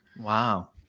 Wow